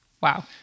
Wow